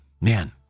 Man